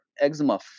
eczema